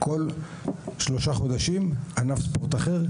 כל שלושה חודשים ענף ספורט אחר,